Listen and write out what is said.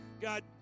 God